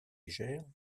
légère